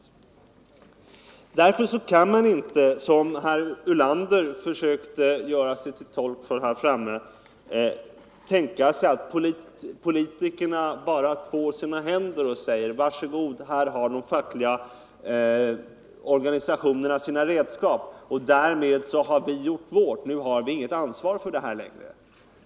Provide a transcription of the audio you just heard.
Mot den bakgrunden kan man inte, som herr Ulander försökte hävda, tänka sig att politikerna bara skall två sina händer och säga: Var så goda — här har de fackliga organisationerna sina redskap, och därmed har vi gjort vårt — nu har vi inget ansvar för det här längre.